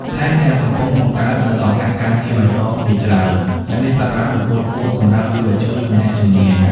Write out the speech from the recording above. ថែមទាំងកំពុងបង្កើតនូវឱកាសការងារបៃតងជាច្រើន ដែលមានសក្តានុពលខ្ពស់សម្រាប់យុវជន និងអ្នកជំនាញ។